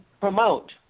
promote